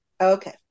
Okay